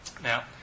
Now